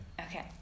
Okay